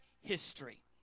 history